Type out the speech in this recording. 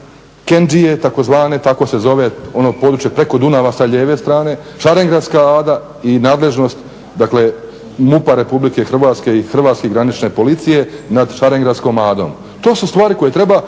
Kenđije tzv. tako se zove ono područje preko Dunava sa lijeve strane, Šarengradska Ada i nadležnost MUP-a RH i Hrvatske granične policije nad Šarengradskom Adom. To su stvari koje treba